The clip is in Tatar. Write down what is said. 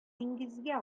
диңгезгә